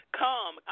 come